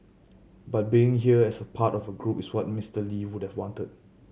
but being here as part of a group is what Mister Lee would've wanted